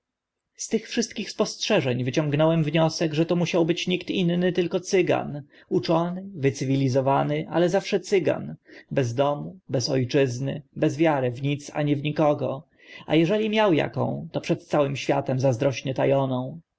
z tych wszystkich spostrzeżeń wyciągnąłem wniosek że to musiał być nikt inny tylko cygan uczony wycywilizowany ale zawsze cygan bez domu bez o czyzny bez wiary w nic ani w nikogo a eżeli miał aką to przed całym światem zazdrośnie ta